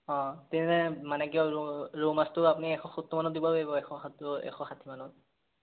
অঁ তেনেহ'লে মানে কি হ'ল ৰৌ ৰৌ মাছটো আপুনি এশ সত্তৰ মানত দিব পাৰিব এশ সত্তৰ এশ ষাঠিমানত